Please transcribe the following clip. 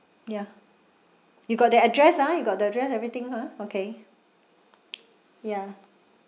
ya you got the address ah you got the address everything ha okay ya